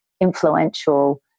influential